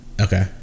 Okay